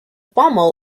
pommel